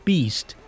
Beast